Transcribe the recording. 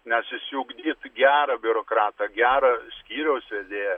nes išsiugdyt gerą biurokratą gerą skyriaus vedėją